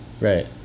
right